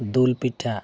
ᱫᱩᱞ ᱯᱤᱴᱷᱟᱹ